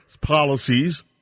policies